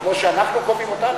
כמו שאנחנו קובעים אותה,